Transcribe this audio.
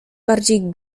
bardziej